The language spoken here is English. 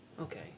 okay